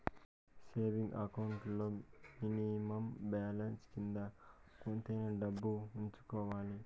saving account లో minimum balance కింద కొంతైనా డబ్బు ఉంచుకోవాలి